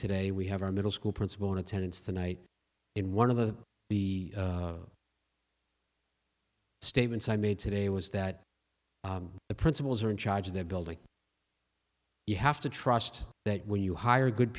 today we have our middle school principal in attendance tonight in one of the statements i made today was that the principals are in charge of their building you have to trust that when you hire good